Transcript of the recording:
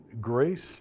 grace